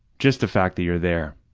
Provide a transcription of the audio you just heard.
just the fact that you're there.